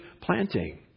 planting